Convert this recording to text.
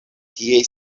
tie